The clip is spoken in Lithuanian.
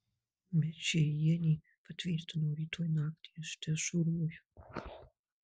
mečėjienė patvirtino rytoj naktį aš dežuruoju